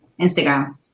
Instagram